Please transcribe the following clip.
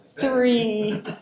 Three